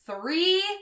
three